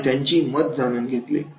आणि त्यांची मत जाणून घेतले